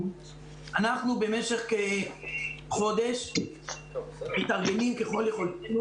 במשך כחודש אנחנו מתארגנים ככל יכולתנו